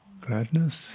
Gladness